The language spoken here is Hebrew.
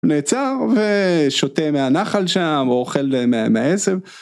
נעצר ושותה מהנחל שם או אוכל מהעשב.